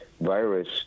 virus